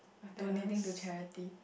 donating to charity